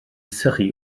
sychu